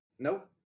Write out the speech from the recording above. Nope